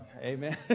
Amen